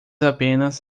apenas